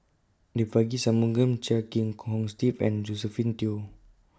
Devagi Sanmugam Chia Kiah Hong Steve and Josephine Teo